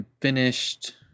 finished